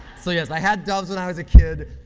so yes, i had doves when i was a kid.